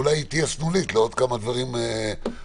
אולי תהיה יישומית לעוד כמה דברים אחרים,